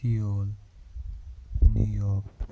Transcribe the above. اِیول New York